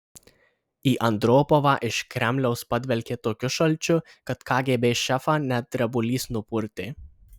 į andropovą iš kremliaus padvelkė tokiu šalčiu kad kgb šefą net drebulys nupurtė